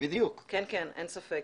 כן, כן, אין ספק.